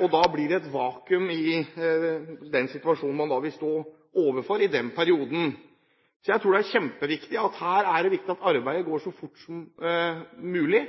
og da blir det et vakuum i den situasjonen man vil stå overfor i den perioden. Jeg tror det er kjempeviktig at dette arbeidet går så fort som mulig,